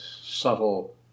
subtle